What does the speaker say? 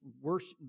worship